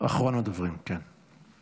אחרון הדוברים, כן.